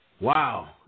Wow